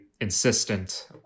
insistent